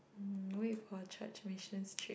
mm wait for church missions trip